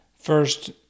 First